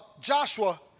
Joshua